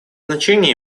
значение